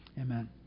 Amen